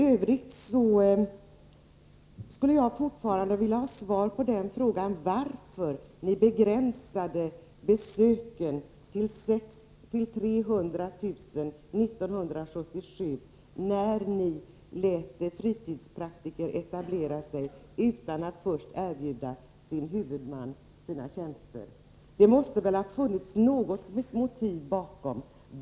Jag skulle fortfarande vilja ha svar på frågan varför ni begränsade antalet besök till 300 000 år 1977, när ni beslöt låta fritidspraktiker etablera sig utan att först erbjuda sin huvudman sina tjänster. Det måste väl ha funnits något motiv till det?